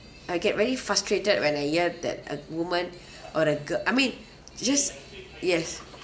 I get very frustrated when I hear that a woman or a girl I mean just yes